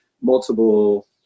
multiple